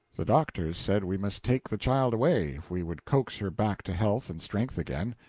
the doctors said we must take the child away, if we would coax her back to health and strength again.